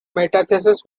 metathesis